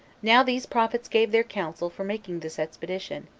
now these prophets gave their counsel for making this expedition,